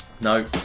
No